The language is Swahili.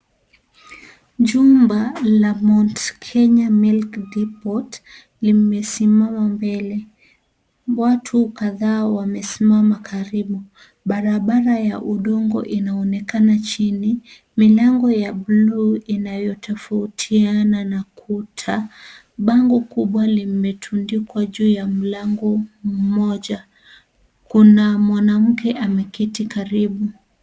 Jumba la Mount Kenya milk depot limesimama mbele. Watu kadhaa wamesimama mbele. barabara ya udogo inaonekana chini. Milango ya buluu inayotofautiana na kuta, bango kubwa limetundikwa juu ya mlango mmoja. Kuna mwanamke ameketi karibu.